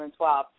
2012